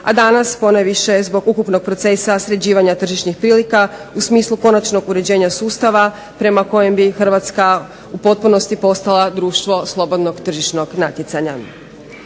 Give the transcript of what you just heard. a danas ponajviše zbog ukupnog procesa sređivanja tržišnih prilika u smislu konačnog uređenja sustava prema kojem bi Hrvatska u potpunosti postala društvo slobodnog tržišnog natjecanja.